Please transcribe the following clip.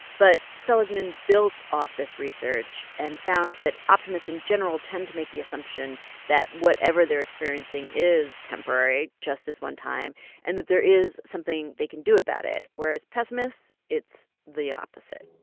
but seligman built off this research and found that optimists in general tend to make the assumption that whatever they're experiencing is temporary just this one time and that there is something they can do about it. whereas pessimists, it's the opposite.